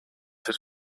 had